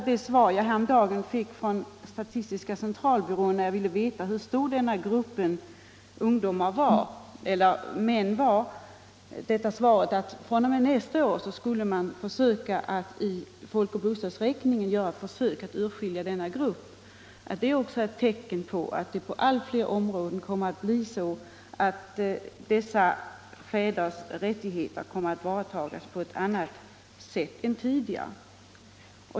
Det svar jag häromdagen fick från statistiska centralbyrån, när jag ville veta hur stor denna grupp män var, att man fr.o.m. nästa år i folkoch bostadsräkningen skulle göra försök att urskilja denna grupp, är också ett tecken på att det inom allt fler områden anses att dessa fäders rättigheter skall tillvaratas på ett annat sätt än tidigare.